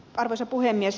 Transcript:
arvoisa puhemies